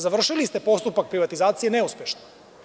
Završili ste postupak privatizacije neuspešno.